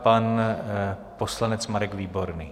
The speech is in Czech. Pan poslanec Marek Výborný.